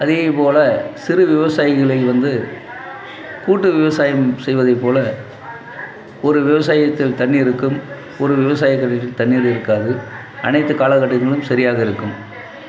அதே போல் சிறு விவசாயிகளை வந்து கூட்டு விவசாயம் செய்வதை போல ஒரு விவசாயத்தில் தண்ணீர் இருக்கும் ஒரு விவசாயத்தில் தண்ணீர் இருக்காது அனைத்து கால கட்டத்திலும் சரியாக இருக்கும்